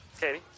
Katie